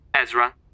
Ezra